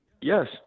Yes